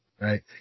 Right